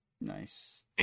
Nice